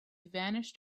vanished